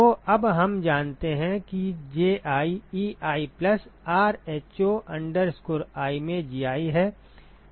तो अब हम जानते हैं कि Ji Ei plus rho i में Gi है